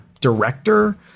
director